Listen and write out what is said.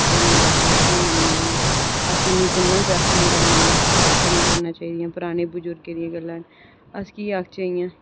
परानियां गल्लां अस निं मन्नने आं अस इ'नेंगी सुनना निं प्रेफर करने आं बट ऐसा नेईं करना चाहिदियां पराने बजुर्गें दियां गल्लां अस कि आखचै इ'यां